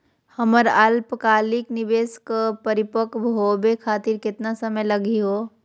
हमर अल्पकालिक निवेस क परिपक्व होवे खातिर केतना समय लगही हो?